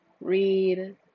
read